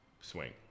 Swing